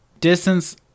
distance